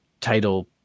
title